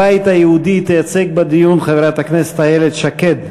את הבית היהודי תייצג בדיון חברת הכנסת איילת שקד.